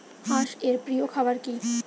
হাঁস এর প্রিয় খাবার কি?